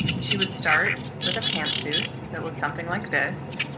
she would start with a pantsuit that looked something like this,